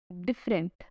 different